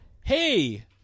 hey